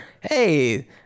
Hey